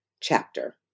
chapter